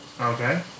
Okay